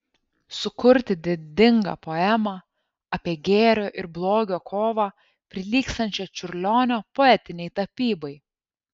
sukurti didingą poemą apie gėrio ir blogio kovą prilygstančią čiurlionio poetinei tapybai